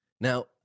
Now